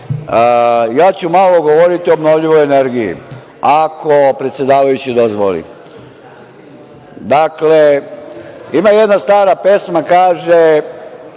ja ću malo govoriti o obnovljivoj energiji, ako predsedavajući dozvoli. Dakle, ima jedna stara pesma, kaže